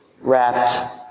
wrapped